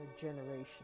generation